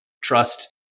trust